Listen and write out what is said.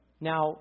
Now